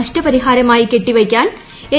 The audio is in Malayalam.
നഷ്ടപരിഹാരമായി കെട്ടിവയ്ക്കാൻ എൽ